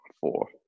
four